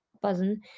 buzzing